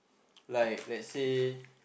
like let's say